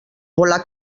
volà